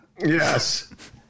Yes